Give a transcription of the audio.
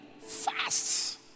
fast